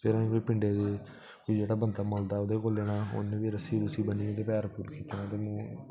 फिर असें पिंडे च जेह्ड़ा बंदा मलदा ओह्दे कोल लैना उ'न्ने फ्ही रस्सी रूस्सी ब'न्नियै ते पैर पूर खिच्चना ते ओह्